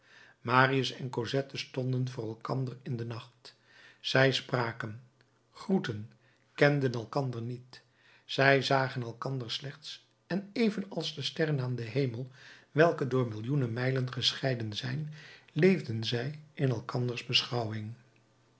marius en cosette stonden voor elkander in den nacht zij spraken groetten kenden elkander niet zij zagen elkander slechts en even als de sterren aan den hemel welke door millioenen mijlen gescheiden zijn leefden zij in elkanders beschouwing